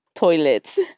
toilets